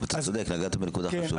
אתה צודק, נגעת בנקודה חשובה.